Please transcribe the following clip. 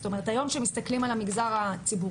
זאת אומרת היום כשמסתכלים על המגזר הציבורי,